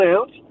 out